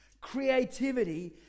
creativity